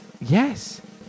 Yes